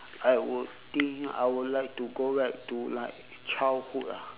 I would think I would like to go back to like childhood ah